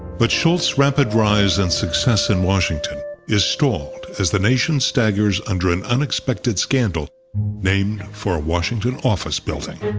but shultz's rapid rise and success in washington is stalled as the nation staggers under an unexpected scandal named for a washington office building.